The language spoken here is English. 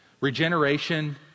Regeneration